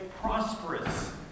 prosperous